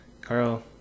Carl